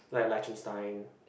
like Liechtenstein